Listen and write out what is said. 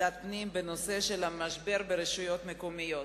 בוועדת הפנים, בנושא המשבר ברשויות המקומיות.